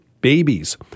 babies